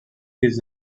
his